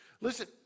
Listen